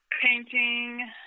painting